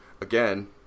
again